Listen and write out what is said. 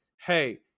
Hey